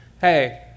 hey